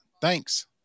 Thanks